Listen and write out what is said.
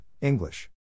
English